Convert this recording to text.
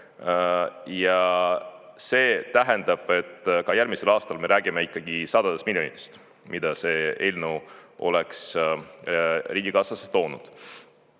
Ja see tähendab, et ka järgmisel aastal me räägime ikkagi sadadest miljonitest, mida see eelnõu oleks riigikassasse toonud.